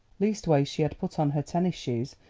leastways she had put on her tennis shoes,